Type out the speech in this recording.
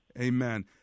Amen